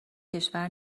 کشور